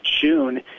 june